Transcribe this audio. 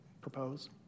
propose